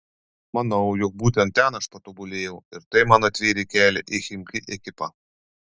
manau jog būtent ten aš patobulėjau ir tai man atvėrė kelią į chimki ekipą